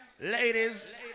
Ladies